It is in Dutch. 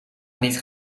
niet